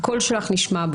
הקול שלך נשמע.